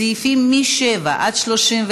סעיפים 7 31,